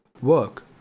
work